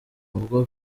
ubwo